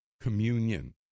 communion